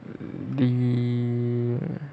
the